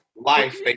life